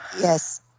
Yes